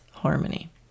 harmony